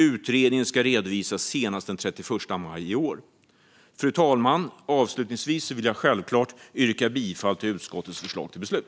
Utredningen ska redovisas senast den 31 maj i år. Fru talman! Avslutningsvis vill jag självklart yrka bifall till utskottets förslag till beslut.